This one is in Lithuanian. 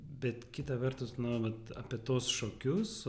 bet kita vertus nu vat apie tuos šokius